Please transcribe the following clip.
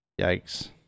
Yikes